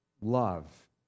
love